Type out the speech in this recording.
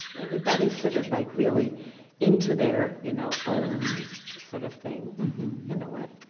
everybody's sort of like really into their, you know, own sort of thing in a way.